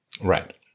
Right